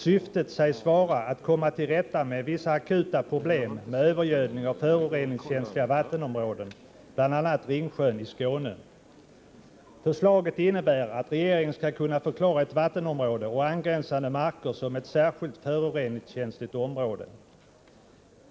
Syftet sägs vara att komma till rätta med vissa akuta problem med övergödning av föroreningskänsliga vattenområden, bl.a. Ringsjön i Skåne. Förslaget innebär att regeringen skall kunna förklara ett vattenområde och angränsande marker som ett särskilt föroreningskänsligt område.